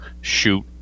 shoot